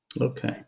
Okay